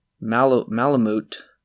Malamute